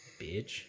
Bitch